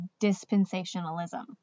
dispensationalism